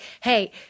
Hey